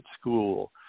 school